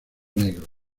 negro